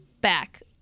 back